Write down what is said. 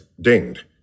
dinged